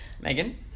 Megan